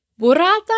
Burrata